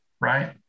Right